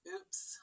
Oops